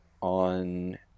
on